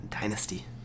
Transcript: Dynasty